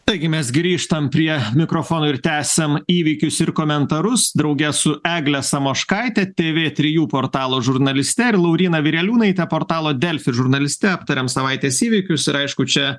taigi mes grįžtam prie mikrofono ir tęsiam įvykius ir komentarus drauge su egle samoškaite tė vė trijų portalo žurnaliste ir lauryna vireliūnaite portalo delfi žurnaliste aptariam savaitės įvykius ir aišku čia